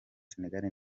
senegal